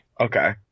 Okay